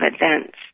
events